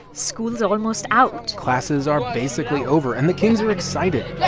school's almost out classes are basically over, and the kings were excited yeah